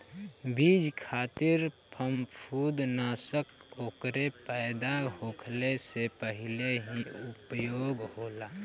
बीज खातिर फंफूदनाशक ओकरे पैदा होखले से पहिले ही उपयोग होला